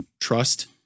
trust